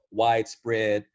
widespread